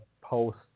post